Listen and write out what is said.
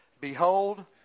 Behold